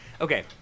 okay